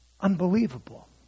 unbelievable